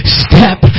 step